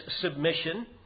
submission